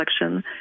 election